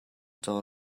caw